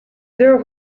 their